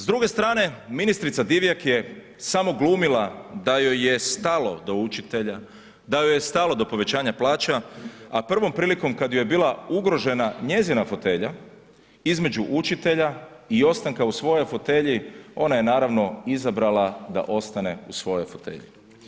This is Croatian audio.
S druge strane, ministrica Divjak je samo glumila da joj je stalo do učitelja, da joj je stalo do povećanja plaća a prvom prilikom kad joj je bila ugrožena njezina fotelja, između učitelja i ostanka u svojoj fotelji, ona je naravno izabrala da ostane u svojoj fotelji.